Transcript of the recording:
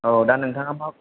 औ दा नोंथाङा मा बुङो